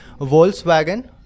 Volkswagen